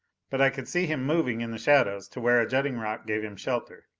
but i could see him moving in the shadows to where a jutting rock gave him shelter.